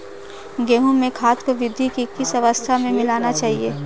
गेहूँ में खाद को वृद्धि की किस अवस्था में मिलाना चाहिए?